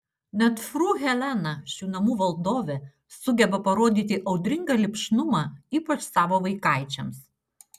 net fru helena šių namų valdovė sugeba parodyti audringą lipšnumą ypač savo vaikaičiams